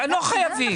לא חייבים.